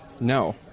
No